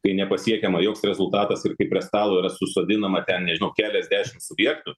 kai nepasiekiama joks rezultatas ir kai prie stalo yra susodinama ten nežinau keliasdešimt subjektų